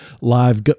live